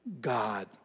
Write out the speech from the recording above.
God